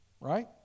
Right